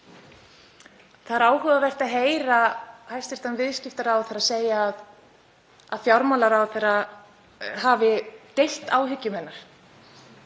Það er áhugavert að heyra hæstv. viðskiptaráðherra segja að fjármálaráðherra hafi deilt áhyggjum hennar